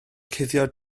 cuddio